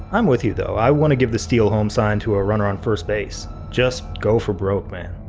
i'm with you though, i wanna give the steal home signed to a runner on first base, just go for broke, man!